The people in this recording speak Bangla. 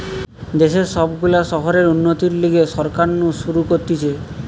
দেশের সব গুলা শহরের উন্নতির লিগে সরকার নু শুরু করতিছে